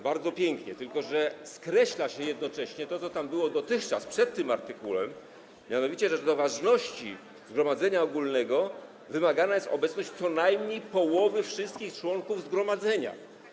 Bardzo pięknie, tylko że skreśla się jednocześnie to, co było dotychczas przed tym artykułem, mianowicie że do ważności zgromadzenia ogólnego wymagana jest obecność co najmniej połowy wszystkich członków zgromadzenia.